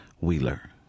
Wheeler